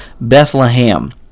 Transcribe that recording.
Bethlehem